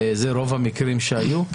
אלה רוב המקרים שהיו.